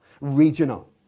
regional